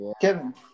Kevin